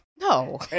No